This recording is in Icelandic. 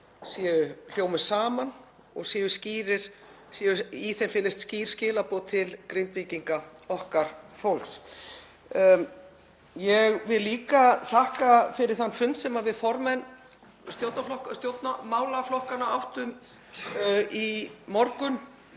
hljómi saman og séu skýrir, í þeim felist skýr skilaboð til Grindvíkinga, okkar fólks. Ég vil líka þakka fyrir þann fund sem við formenn stjórnmálaflokkanna áttum í morgun